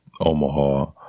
Omaha